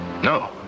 No